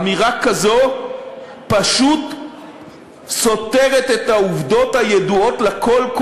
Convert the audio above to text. אמירה כזו פשוט סותרת את העובדות הידועות לכול,